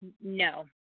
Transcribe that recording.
No